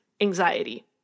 anxiety